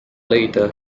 leida